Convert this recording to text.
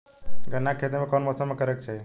गन्ना के खेती कौना मौसम में करेके चाही?